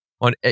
on